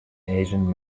asian